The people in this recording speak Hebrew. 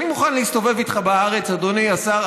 אני מוכן להסתובב איתך בארץ, אדוני השר.